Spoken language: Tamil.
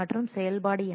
மற்றும் செயல்பாடு என்ன